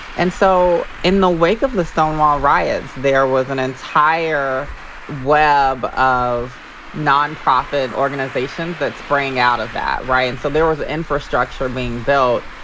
and so in the wake of the stonewall riots, there was an entire web of nonprofit organizations that sprang out of that, right? and so there was infrastructure being built.